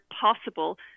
possible